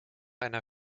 einer